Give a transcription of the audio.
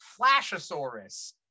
Flashosaurus